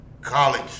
college